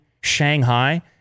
Shanghai